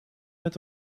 met